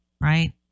right